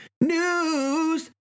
news